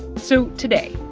so today,